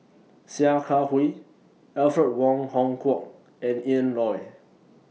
Sia Kah Hui Alfred Wong Hong Kwok and Ian Loy